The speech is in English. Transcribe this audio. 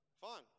fine